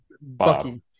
Bucky